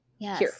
Yes